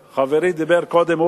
חברי אורי אריאל דיבר קודם.